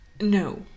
No